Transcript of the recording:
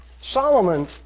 Solomon